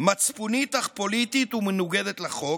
מצפונית אך פוליטית ומנוגדת לחוק,